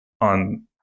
on